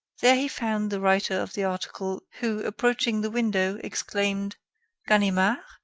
there he found the writer of the article who, approaching the window, exclaimed ganimard?